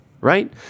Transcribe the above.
right